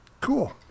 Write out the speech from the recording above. Cool